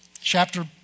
chapter